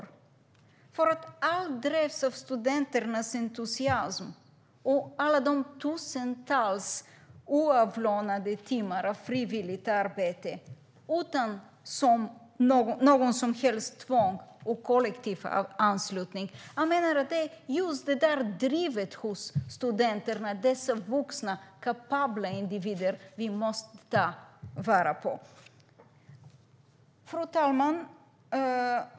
Jo, därför att allt drevs av studenters entusiasm, med tusentals oavlönade timmar av frivilligt arbete, utan något som helt tvång eller någon kollektivanslutning. Det är just det drivet hos studenterna, dessa vuxna, kapabla individer, som vi måste ta vara på. Fru talman!